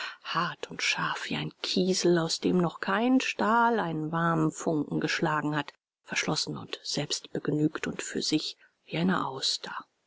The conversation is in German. hart und scharf wie ein kiesel aus dem noch kein stahl einen warmen funken geschlagen hat verschlossen und selbstbegnügt und für sich wie eine auster